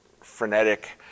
frenetic